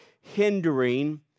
hindering